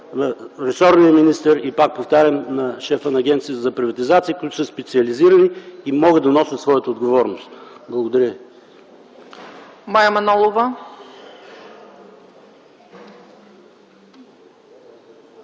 на ресорния министър и, пак повтарям, на шефа на Агенцията за приватизация, които са специализирани и могат да носят своята отговорност. Благодаря ви.